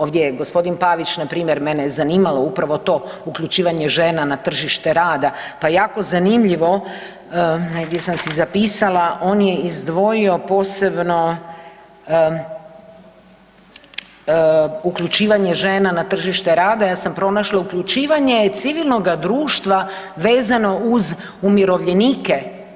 Ovdje je g. Pavić, npr. mene je zanimalo upravo to uključivanje žena na tržište rada pa je jako zanimljivo, negdje sam si zapisala, on je izdvojio posebno uključivanje žena na tržište rada, ja sam pronašla uključivanje civilnoga društva vezano uz umirovljenike.